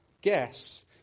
guess